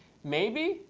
maybe?